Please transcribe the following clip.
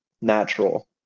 natural